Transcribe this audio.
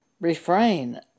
Refrain